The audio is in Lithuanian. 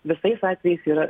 visais atvejais yra